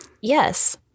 Yes